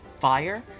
fire